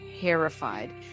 terrified